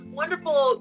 wonderful